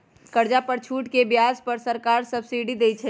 कर्जा पर छूट के ब्याज पर सरकार सब्सिडी देँइ छइ